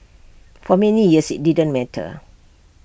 for many years IT didn't matter